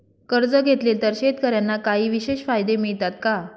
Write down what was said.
कर्ज घेतले तर शेतकऱ्यांना काही विशेष फायदे मिळतात का?